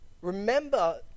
remember